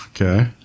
Okay